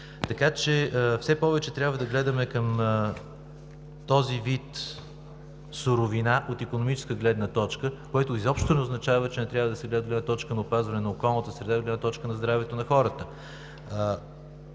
Така че все повече трябва да гледаме към този вид суровина от икономическа гледна точка, което изобщо не означава, че не трябва да се гледа от гледна точка на опазване на околната среда и здравето на хората.